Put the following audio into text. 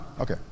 Okay